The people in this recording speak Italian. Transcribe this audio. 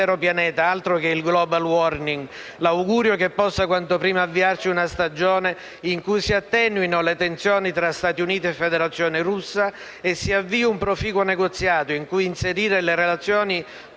l'intero Pianeta: altro che *global warming*! L'augurio è che possa quanto prima avviarsi una stagione in cui si attenuino le tensioni tra Stati Uniti e Federazione Russa e si avvii un proficuo negoziato in cui inserire le relazioni